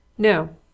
No